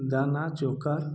दाना चोकर